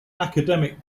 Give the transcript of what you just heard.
academic